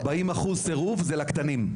40% סירוב זה לקטנים.